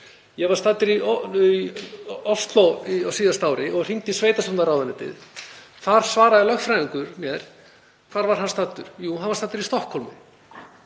Ég var staddur í Ósló á síðasta ári og hringdi í sveitarstjórnarráðuneytið. Þar svaraði lögfræðingur mér, og hvar var hann staddur? Jú, hann var staddur í Stokkhólmi,